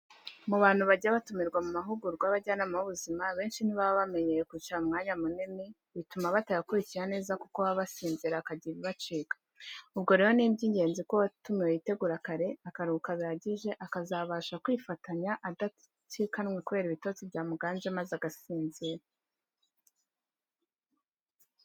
Mu bantu bajya batumirwa mu mahugurwa y'abajyanama b'ubuzima, abenshi ntibaba bamenyereye kwicara umwanya munini, bituma batayakurikira neza, kuko baba basinzira hakagira ibibacika, ubwo rero ni iby'ingenzi ko uwatumiwe yitegura kare, akaruhuka bihagije, akazabasha kwifatanya adacikanwe kubera ibitotsi byamuganje maze agasinzira.